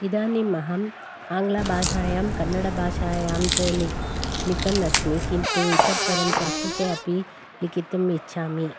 इदानीम् अहम् आङ्लभाषायां कन्नडभाषायाञ्च लिख् लिखन् अस्मि किन्तु इतः परं संस्कृते अपि लेखितुं इच्छामि